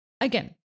Again